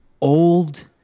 old